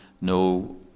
no